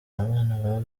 abana